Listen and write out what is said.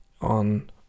on